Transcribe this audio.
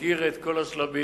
מכיר את כל השלבים.